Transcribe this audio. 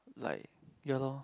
like ya lor